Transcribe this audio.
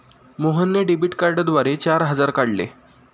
मोहनने डेबिट कार्डद्वारे चार हजार काढले